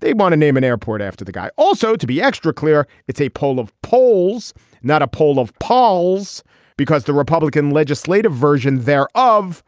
they want to name an airport after the guy also to be extra clear. it's a poll of polls not a poll of polls because the republican legislative version there of